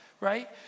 right